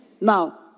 Now